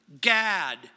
Gad